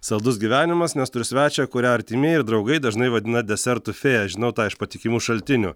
saldus gyvenimas nes turiu svečią kurią artimieji draugai dažnai vadina desertų fėja žinau tą iš patikimų šaltinių